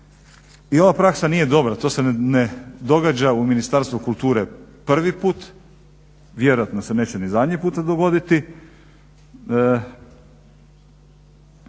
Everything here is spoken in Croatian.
i ova praksa nije dobra. To se ne događa u Ministarstvu kulture prvi put, vjerojatno se neće ni zadnji puta dogoditi.